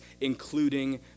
including